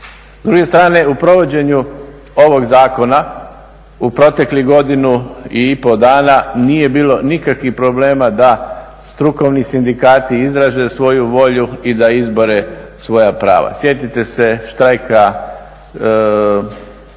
S druge strane u provođenju ovog zakona u proteklih godinu i pol dana nije bilo nikakvih problema da strukovni sindikati izraze svoju volju i da izbore svoja prava. Sjetite se štrajka